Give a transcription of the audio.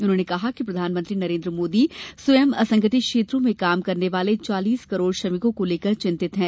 उन्होंने कहा कि प्रधानमंत्री नरेन्द्र मोदी स्वयं असंगठित क्षेत्रों में काम करने वाले चालीस करोड़ श्रमिकों को लेकर चिंतित हैं